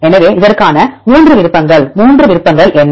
எனவே இதற்கான 3 விருப்பங்கள் 3 விருப்பங்கள் என்ன